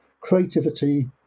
creativity